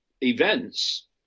events